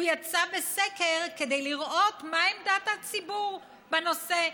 יצא בסקר כדי לראות מה עמדת הציבור בנושא.